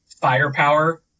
firepower